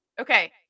okay